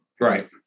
right